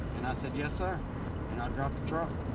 and i said, yes, sir and i dropped the truck.